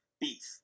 beef